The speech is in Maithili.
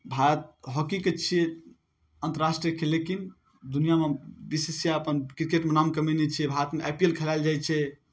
भारत हॉकीके छियै अन्तर्राष्ट्रीय खेल लेकिन दुनिआमे बी सी सी आई अपन क्रिकेटमे अपन नाम कमेने छै भारतमे आई पी एल खेलायल जाइ छै